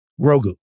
Grogu